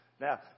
Now